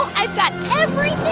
i've got everything